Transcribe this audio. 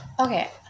Okay